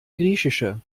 griechische